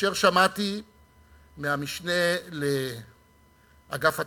כאשר שמעתי מהמשנה לאגף התקציבים,